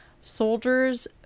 soldiers